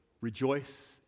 Rejoice